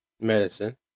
medicine